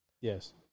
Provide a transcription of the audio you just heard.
Yes